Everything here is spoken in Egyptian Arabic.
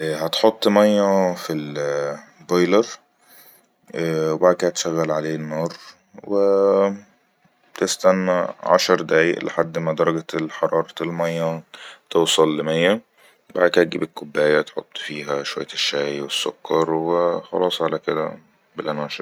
هتحط مايه في البويلر وبعكدا تشغل عليه انار وتستنى عشر دئايئ لحد ما درجة حرارة المياه توصل لمية بعدك هتجيب الكباية هتحط فيها شوية الشاي والسكر وخلاص على كده بلهنا وشفا